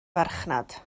farchnad